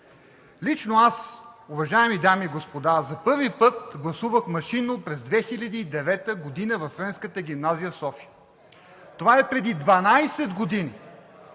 Лично аз, уважаеми дами и господа, за първи път гласувах машинно през 2009 г. във Френската гимназия в София. Това е преди 12 години.